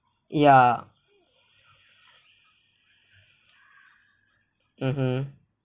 ya mmhmm